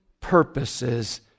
purposes